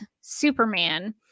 superman